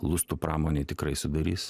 lustų pramonėj tikrai sudarys